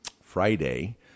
Friday